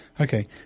Okay